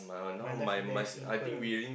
my life is very simple